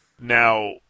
Now